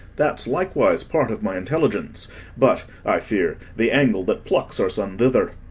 that's likewise part of my intelligence but, i fear, the angle that plucks our son thither.